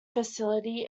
facility